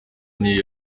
new